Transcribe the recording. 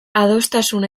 adostasun